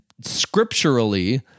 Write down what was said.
scripturally